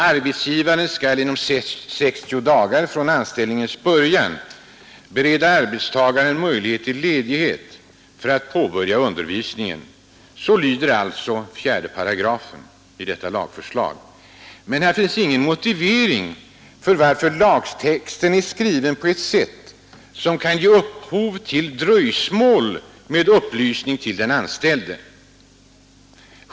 Arbetsgivaren skall inom 60 dagar från anställningens början bereda arbetstagaren möjlighet till ledighet för att påbörja undervisningen.” Så lyder alltså första stycket 4 § i detta lagförslag. Det finns ingen motivering till att lagtexten är skriven på ett sätt som kan ge upphov till dröjsmål med upplysning till den nyanställde.